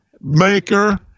maker